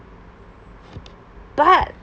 but